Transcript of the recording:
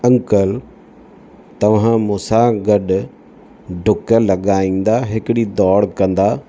uncle तव्हां मूंसां गॾु डुक लॻाईंदा हिकिड़ी दौड़ कंदा